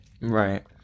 right